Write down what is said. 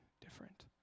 different